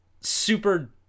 super